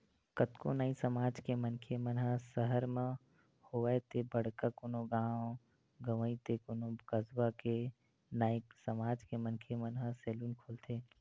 कतको नाई समाज के मनखे मन ह सहर म होवय ते बड़का कोनो गाँव गंवई ते कोनो कस्बा के नाई समाज के मनखे मन ह सैलून खोलथे